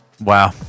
Wow